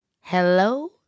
Hello